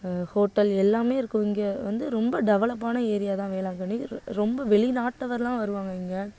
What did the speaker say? hotel எல்லாமே இருக்கும் இங்கே வந்து ரொம்ப டெவலப்பான ஏரியா தான் வேளாங்கண்ணி ரொம்ப வெளிநாட்டவரெலாம் வருவாங்க இங்கே